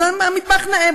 אז המטבח נאה.